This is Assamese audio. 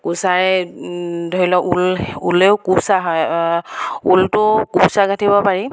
কোৰচাৰে ধৰি লওক ঊল ঊলেৰেও কোৰচা হয় ঊলটো কোৰচা গাঠিব পাৰি